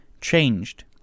changed